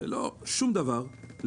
שום דבר,